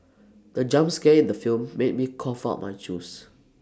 the jump scare in the film made me cough out my juice